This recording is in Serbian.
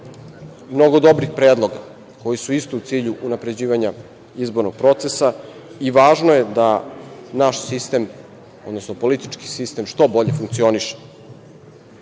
mnogo dobrih predloga koji su isto u cilju unapređivanja izbornog procesa i važno je da naš sistem, odnosno politički sistem što bolje funkcioniše. Ovim